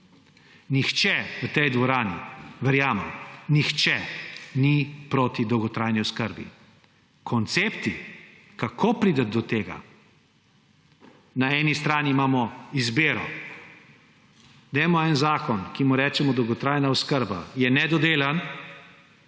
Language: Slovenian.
Nihče v tej dvorani, verjamem, nihče ni proti dolgotrajni oskrbi. Koncepti, kako priti do tega, na eni strani imamo izbiro, dajmo en zakon, ki mu rečemo dolgotrajna oskrba, je nedodelan